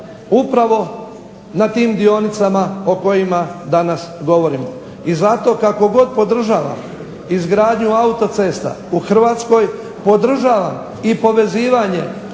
upravo na tim dionicama o kojima danas govorimo. I zato kako god podržavam izgradnju autocesta u Hrvatskoj, podržavam i povezivanje